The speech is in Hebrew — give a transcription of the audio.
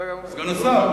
סגן השר?